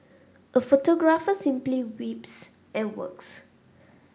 a photographer simply weeps and works